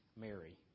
Mary